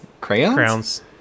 Crayons